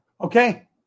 okay